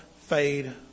fade